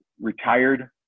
retired